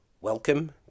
Welcome